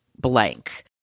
Blank